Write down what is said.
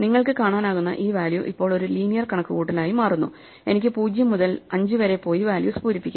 നിങ്ങൾക്ക് കാണാനാകുന്ന ഈ വാല്യൂ ഇപ്പോൾ ഒരു ലീനിയർ കണക്കുകൂട്ടലായി മാറുന്നു എനിക്ക് 0 മുതൽ 5 വരെ പോയി വാല്യൂസ് പൂരിപ്പിക്കാം